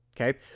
okay